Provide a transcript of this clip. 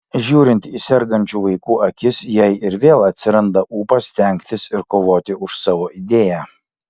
žiūrint į sergančių vaikų akis jai ir vėl atsiranda ūpas stengtis ir kovoti už savo idėją